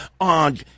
on